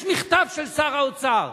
יש מכתב של שר האוצר.